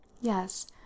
Yes